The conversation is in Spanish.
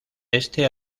este